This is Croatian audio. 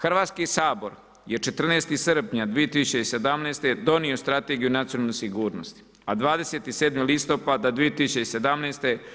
Hrvatski sabor je 14. srpnja 2017. donio Strategiju nacionalne sigurnosti, a 27. listopada 2017.